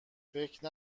فکر